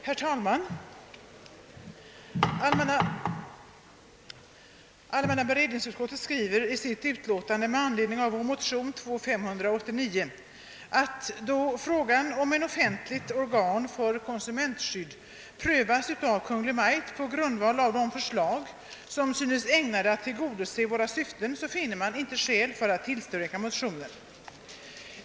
Herr talman! Allmänna beredningsutskottet skriver i sitt utlåtande med anledning av vår motion II: 589 att då frågan om ett offentligt organ för konsumentskydd prövas av Kungl. Maj:t på grundval av förslag, som synes ägnade att tillgodose motionärernas syfte, finner utskottet inte skäl att tillstyrka motionsyrkandena.